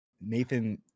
Nathan